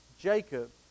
Jacob